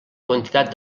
quantitat